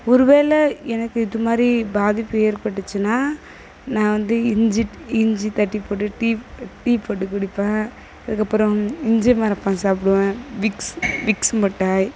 ஒரு வேளை எனக்கு இதுமாதிரி பாதிப்பு ஏற்பட்டுத்துன்னா நான் வந்து இஞ்சி இஞ்சி தட்டி போட்டு டீ டீ போட்டு குடிப்பேன் அதுக்கப்புறம் இஞ்சி மரப்பா சாப்பிடுவேன் விக்ஸ் விக்ஸ் மிட்டாய்